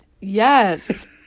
Yes